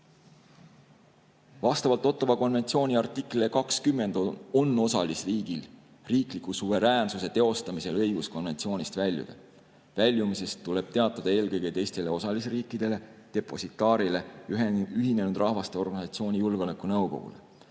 Vastavalt Ottawa konventsiooni artiklile 20 on osalisriigil riikliku suveräänsuse teostamisel õigus konventsioonist väljuda. Väljumisest tuleb teatada eelkõige teistele osalisriikidele, depositaarile ja Ühinenud Rahvaste Organisatsiooni Julgeolekunõukogule.